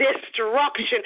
destruction